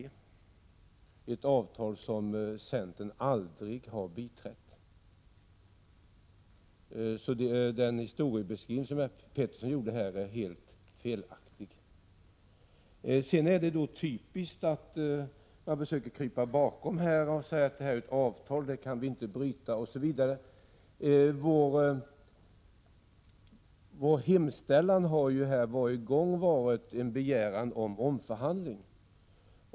Det är ett avtal som centern aldrig har biträtt, varför den historiebeskrivning som Lennart Pettersson här har gjort är helt felaktig. Det är vidare typiskt att man försöker krypa bakom och säga att det här är ett avtal, och det kan vi inte bryta osv. 169 Vår hemställan har varje gång innehållit en begäran om omförhandling.